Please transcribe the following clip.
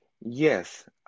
Yes